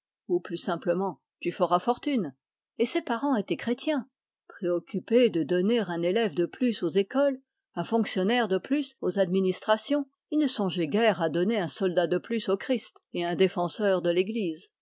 ou plus simplement tu feras fortune et ces parents étaient chrétiens préoccupés de donner un élève de plus aux écoles un fonctionnaire de plus aux administrations ils ne songeaient guère à donner un soldat de plus au christ et un défenseur à l'église